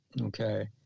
okay